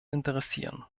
interessieren